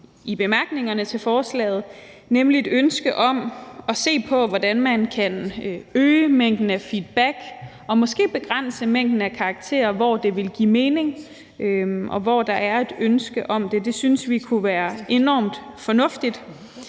i bemærkningerne til forslaget, nemlig et ønske om at se på, hvordan man kan øge mængden af feedback og måske begrænse mængden af karakterer, hvor det vil give mening, og hvor der er et ønske om det. Det synes vi kunne være enormt fornuftigt.